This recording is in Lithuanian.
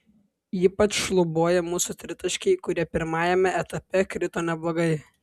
ypač šlubuoja mūsų tritaškiai kurie pirmajame etape krito neblogai